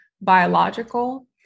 biological